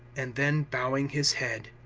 and then, bowing his head,